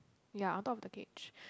ya on top of the cage